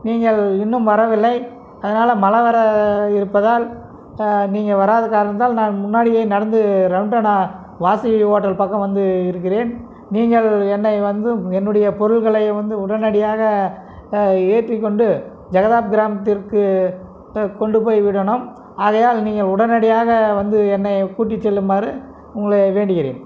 நீங்கள் இன்னும் வரவில்லை அதனால் மழை வர இருப்பதால் நீங்கள் வராத காரணத்தால் நான் முன்னாடியே நடந்து ரவுண்டானா வாசுகி ஹோட்டல் பக்கம் வந்து இருக்கிறேன் நீங்கள் என்னை வந்து என்னுடைய பொருள்களை வந்து உடனடியாக ஏற்றிக்கொண்டு ஜகதாந்திரத்திற்கு கிட்டே கொண்டு போய் விடணும் ஆகையால் நீங்கள் உடனடியாக வந்து என்னை கூட்டி செல்லுமாறு உங்களை வேண்டுகிறேன்